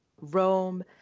Rome